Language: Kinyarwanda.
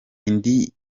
indi